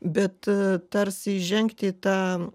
bet tarsi įžengti į tą